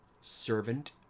Servant